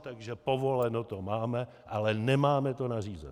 Takže povoleno to máme, ale nemáme to nařízeno.